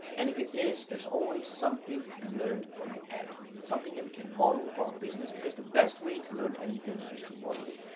and if it is there's always something to be learned from the ad, something that we can model for our business because the best way to learn anything is to model.